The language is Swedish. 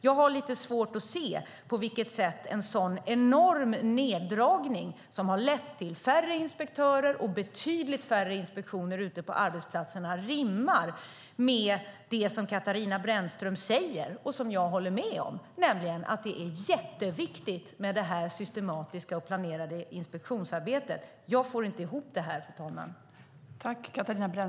Jag har lite svårt att se på vilket sätt en sådan enorm neddragning, som har lett till färre inspektörer och betydligt färre inspektioner ute på arbetsplatserna, rimmar med det som Katarina Brännström säger och som jag håller med om, nämligen att det är jätteviktigt med det systematiska och planerade inspektionsarbetet. Jag får inte ihop det, fru talman.